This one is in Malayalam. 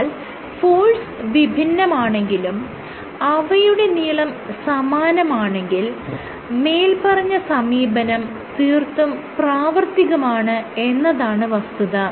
എന്നാൽ ഫോഴ്സ് വിഭിന്നമാണെങ്കിലും അവയുടെ നീളം സമാനമാണെങ്കിൽ മേല്പറഞ്ഞ സമീപനം തീർത്തും പ്രാവർത്തികമാണ് എന്നതാണ് വസ്തുത